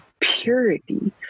purity